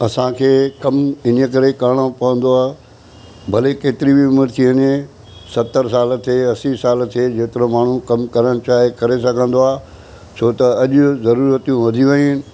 असांखे कमु इन्हीअ करे करणो पवंदो आहे भले केतिरी बि उमिरि थी वञे सतरि साल थिए असी साल थिए जेतिरो माण्हू कमु करणु चाहे करे सघंदो आहे छो त अॼु ज़रूरतूं वधी वियूं आहिनि